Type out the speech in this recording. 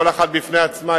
כל אחת בפני עצמה,